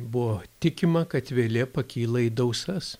buvo tikima kad vėlė pakyla į dausas